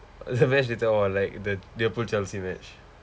the match later on like the the liverpool chelsea match